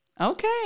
Okay